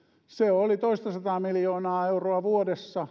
tuotto oli toistasataa miljoonaa euroa vuodessa